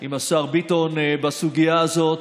עם השר ביטון בסוגיה הזאת,